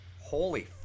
Holy